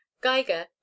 Geiger